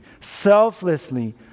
selflessly